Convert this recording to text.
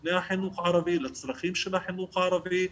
לתכני החינוך הערבי, לצרכים של החינוך הערבי.